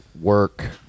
work